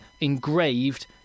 engraved